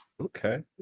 Okay